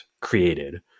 created